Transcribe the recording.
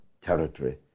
territory